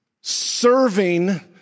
Serving